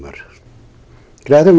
much rather